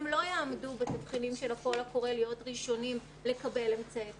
יעמדו בתבחינים של הקול הקורא להיות ראשונים לקבל אמצעי קצה.